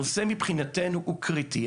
הנושא מבחינתנו הוא קריטי.